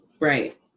right